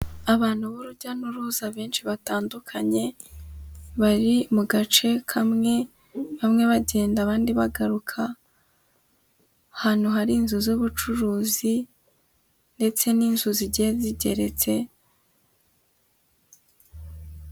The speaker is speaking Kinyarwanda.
Abantu b'urujya n'uruza benshi batandukanye bari mu gace kamwe, bamwe bagenda abandi bagaruka, ahantu hari inzu z'ubucuruzi ndetse n'inzu zigiye zigeretse.